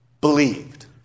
believed